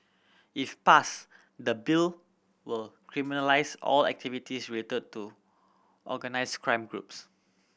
if passed the Bill will criminalise all activities related to organised crime groups